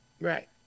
Right